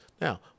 Now